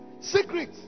secret